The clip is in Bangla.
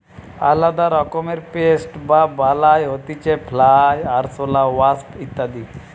আলদা রকমের পেস্ট বা বালাই হতিছে ফ্লাই, আরশোলা, ওয়াস্প ইত্যাদি